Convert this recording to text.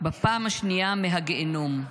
/ בפעם השנייה, / מהגיהינום.